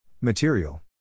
Material